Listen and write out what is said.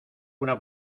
una